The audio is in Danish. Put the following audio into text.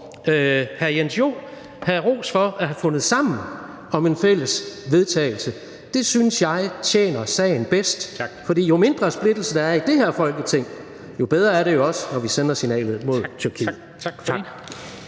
hr. Jens Joel have ros for at have fundet sammen om et fælles forslag til vedtagelse. Det synes jeg tjener sagen bedst, for jo mindre splittelse, der er i det her Folketing, jo bedre er det jo også, når vi sender signalet mod Tyrkiet.